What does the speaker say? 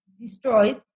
destroyed